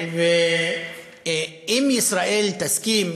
ואם ישראל תסכים,